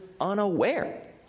unaware